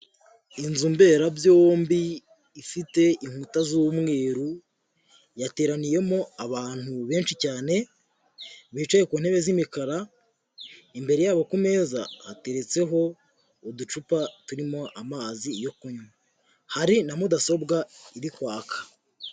Inzu mberabyombi ifite inkuta z'umweru, yateraniyemo abantu benshi cyane, bicaye ku ntebe z'imikara, imbere yabo ku meza hateretseho uducupa turimo amazi yo kunywa. Hari na mudasobwa iri kwaka.